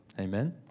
Amen